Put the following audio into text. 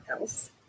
else